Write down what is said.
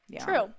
True